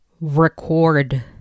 record